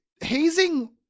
hazing